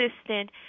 assistant